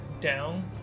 down